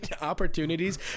opportunities